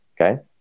Okay